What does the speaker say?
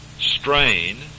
strain